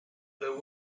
there